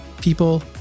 people